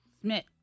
Smith